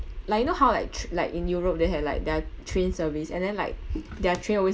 like you know how like tr~ like in europe they have like their train service and then like their train always